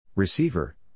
Receiver